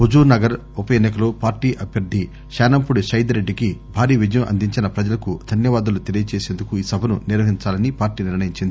హుజూర్ నగర్ ఉప ఎన్నికలో పార్టీ అభ్యర్ది శానంపూడి సైదిరెడ్డి కి భారీ విజయం అందించిన ప్రజలకు ధన్యవాదాలు తెలీయ చేసేందుకు ఈ సభను నిర్వహించాలని పార్లీ నిర్ణయించింది